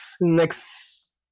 Next